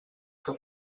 que